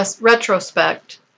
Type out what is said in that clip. retrospect